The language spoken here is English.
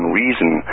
reason